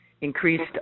increased